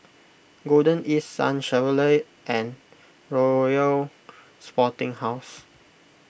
Golden East Sun Chevrolet and Royal Sporting House